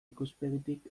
ikuspegitik